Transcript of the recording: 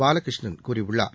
பாலகிருஷ்ணன் கூறியுள்ளார்